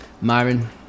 myron